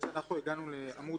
שהוא לא זכאי.